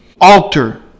Alter